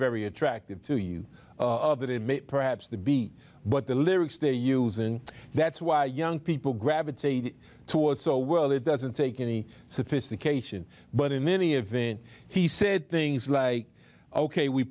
very attractive to you of that it may perhaps the be but the lyrics they use and that's why young people gravitate towards so well it doesn't take any sophistication but in any event he said things like ok we